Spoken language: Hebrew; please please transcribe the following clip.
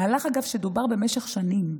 מהלך שדובר במשך שנים,